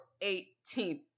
18th